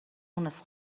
مونس